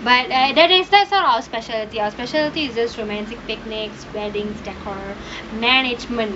but err that is also our speciality our specialities is just romantic picnics weddings decor management